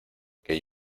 que